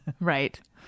right